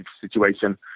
situation